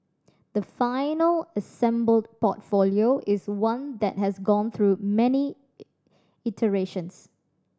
the final assembled portfolio is one that has gone through many iterations